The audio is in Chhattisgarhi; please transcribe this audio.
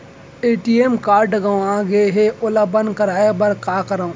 ए.टी.एम कारड गंवा गे है ओला बंद कराये बर का करंव?